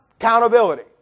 Accountability